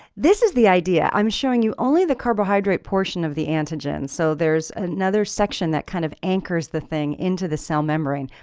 this is the idea. i'm showing you only the carbohydrate portion of the antigen so there's another section that kind of anchors the thing into the cell membrane.